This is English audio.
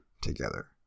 together